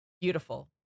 beautiful